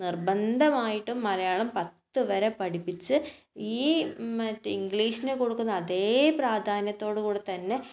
നിർബന്ധമായിട്ടും മലയാളം പത്തു വരെ പഠിപ്പിച്ച് ഈ മറ്റേ ഇംഗ്ലീഷിന് കൊടുക്കുന്ന അതേ പ്രാധാന്യത്തോട് കൂടി തന്നെ